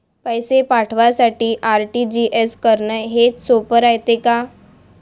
पैसे पाठवासाठी आर.टी.जी.एस करन हेच सोप रायते का?